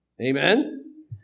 Amen